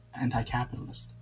anti-capitalist